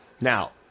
Now